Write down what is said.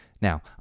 Now